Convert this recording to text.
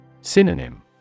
Synonym